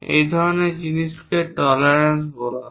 এই ধরনের জিনিসকে টলারেন্স বলা হয়